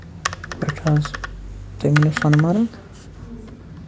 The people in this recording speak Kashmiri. پٮ۪ٹھ حظ سونمَرٕگ